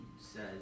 says